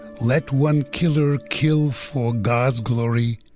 let one killer kill for god's glory,